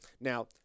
Now